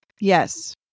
Yes